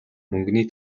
мөнгөний